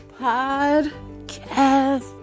Podcast